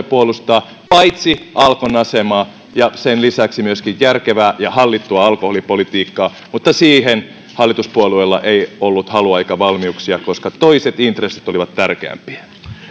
puolustaa paitsi alkon asemaa myöskin järkevää ja hallittua alkoholipolitiikkaa mutta siihen hallituspuolueilla ei ollut halua eikä valmiuksia koska toiset intressit olivat tärkeämpiä